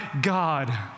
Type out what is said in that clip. God